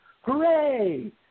hooray